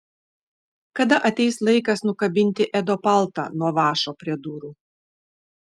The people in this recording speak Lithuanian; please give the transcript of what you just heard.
kada ateis laikas nukabinti edo paltą nuo vąšo prie durų